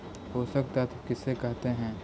पोषक तत्त्व किसे कहते हैं?